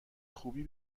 خوبی